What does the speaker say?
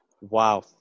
wow